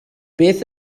beth